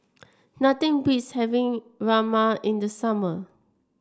nothing beats having Rajma in the summer